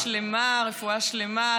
רפואה שלמה, רפואה שלמה.